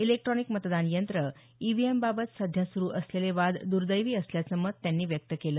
electronic मतदान यंत्र EVM बाबत सध्या सुरू असलेले वाद दुर्दैवी असल्याचं मत त्यांनी व्यक्त केलं